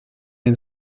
den